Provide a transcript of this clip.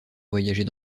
voyager